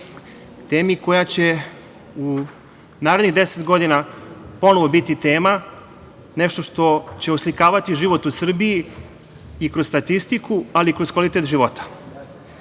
temi koja će u narednih 10 godina ponovo biti tema, nešto što će oslikavati život u Srbiji i kroz statistiku, ali i kroz kvalitet života. Srbija